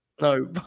No